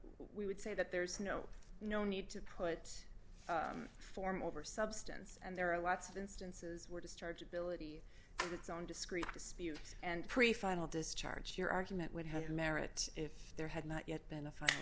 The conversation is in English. we would say that there's no no need to put form over substance and there are lots of instances where discharge ability its own discrete disputes and prefrontal discharge your argument would have merit if there had not yet been a f